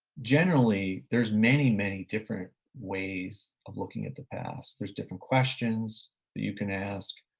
generally there's many, many different ways of looking at the past. there's different questions that you can ask.